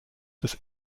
des